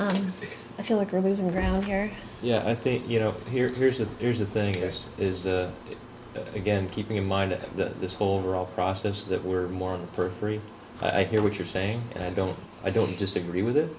that i feel like you're losing ground here yeah i think you know here here's the here's the thing this is again keeping in mind that this whole overall process that we're more for free i fear what you're saying and i don't i don't disagree with